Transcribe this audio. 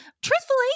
truthfully